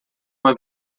uma